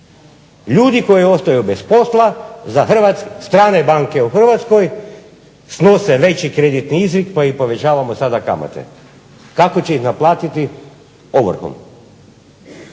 Ljudi koji ostaju bez posla za strane banke u Hrvatskoj snose veći kreditni rizik pa im povećamo sada kamate. Kako će ih naplatiti? Ovrhom.